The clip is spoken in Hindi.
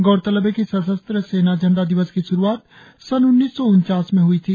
गौरतलब है कि सशस्त्र सेना झंडा दिवस की श्रुआत सन उन्नीस सौ उनचास में हई थी